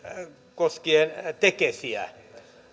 koskien tekesiä